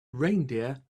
reindeer